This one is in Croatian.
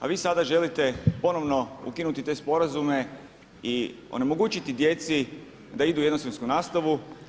A vi sada želite ponovno ukinuti te sporazume i onemogućiti djeci da idu u jednosmjensku nastavu.